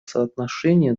соотношения